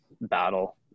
battle